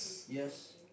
yes